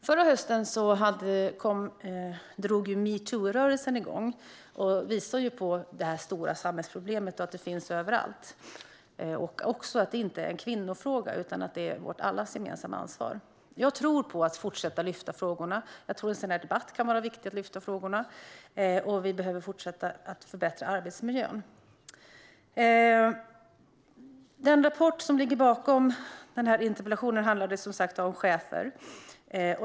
Förra hösten drog metoo-rörelsen igång, vilken visade på detta stora samhällsproblem och att det finns överallt. Den visade även att det inte är en kvinnofråga utan allas vårt gemensamma ansvar. Jag tror på att fortsätta att lyfta fram frågorna. Jag tror att en sådan här debatt kan vara viktig för att lyfta fram frågorna, och vi behöver fortsätta att förbättra arbetsmiljön. Den rapport som ligger bakom interpellationen handlade som sagt om chefer.